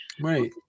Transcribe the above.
Right